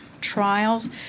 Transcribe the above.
trials